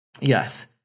Yes